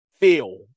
feel